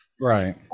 Right